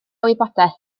wybodaeth